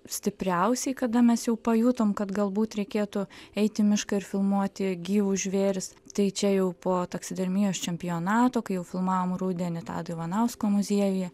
stipriausiai kada mes jau pajutom kad galbūt reikėtų eit į mišką ir filmuoti gyvus žvėris tai čia jau po taksidermijos čempionato kai jau filmavom rudenį tado ivanausko muziejuje